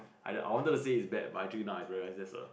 I I wanted to say it's bad but actually now I realise it's that's a